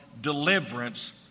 deliverance